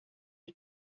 you